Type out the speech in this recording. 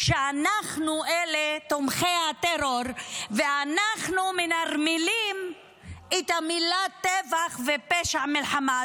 שאנחנו אלה תומכי הטרור ואנחנו מנרמלים את המילה "טבח" ו"פשע מלחמה".